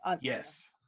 Yes